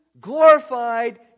glorified